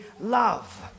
love